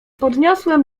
podniosłem